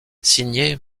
signait